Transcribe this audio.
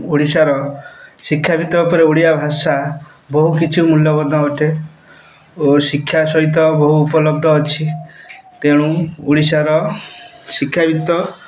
ଓଡ଼ିଶାର ଶିକ୍ଷାବିତ୍ତ ଉପରେ ଓଡ଼ିଆ ଭାଷା ବହୁ କିଛି ମୂଲ୍ୟବଦ୍ଧ ଅଟେ ଓ ଶିକ୍ଷା ସହିତ ବହୁ ଉପଲବ୍ଧ ଅଛି ତେଣୁ ଓଡ଼ିଶାର ଶିକ୍ଷାବିତ୍ତ